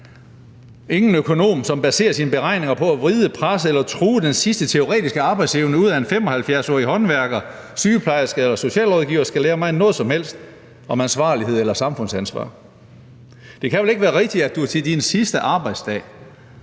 Ingen økonom, som baserer sine beregninger på at vride, presse eller true den sidste teoretiske arbejdsevne ud af en 75-årig håndværker, sygeplejerske eller socialrådgiver, skal lære mig noget som helst om ansvarlighed eller samfundsansvar. Det kan vel ikke være rigtigt, at du til din sidste arbejdsdag